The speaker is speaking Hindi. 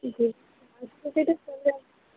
जी